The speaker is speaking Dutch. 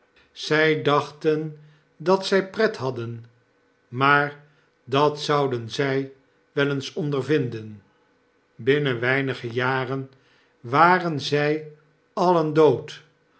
zy dachten dat zfl pret hadden maar dat zouden zij wel eens ondervinden binnen weinige jaren waren ztj alien dood